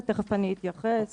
ותכף אני אתייחס